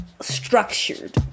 structured